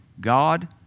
God